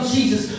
Jesus